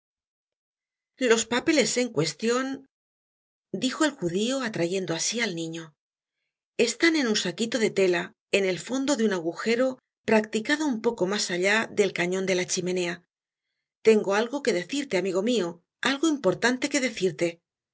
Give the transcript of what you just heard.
los papeles en cuestion dijo el judio atrayendo á si el niñoestán en un saquito de tela en el fondo de un agujero practicado un poco mas allá del cañon de la chimeneatengo algo que decirte amigo mio algo importante que decirle a